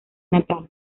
natal